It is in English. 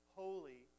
holy